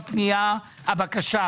לא נעכב את הפנייה בגלל זה.